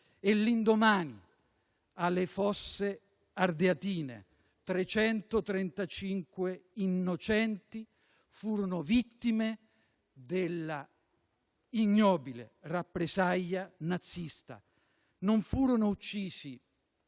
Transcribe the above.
L'indomani, alle Fosse ardeatine, 335 innocenti furono vittime dell'ignobile rappresaglia nazista. Non furono uccisi,